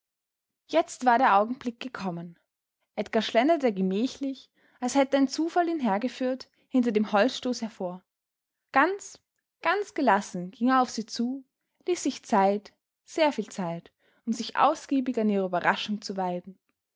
jetzt war der augenblick gekommen edgar schlenderte gemächlich als hätte ein zufall ihn hergeführt hinter dem holzstoß hervor ganz ganz gelassen ging er auf sie zu ließ sich zeit sehr viel zeit um sich ausgiebig an ihrer überraschung zu weiden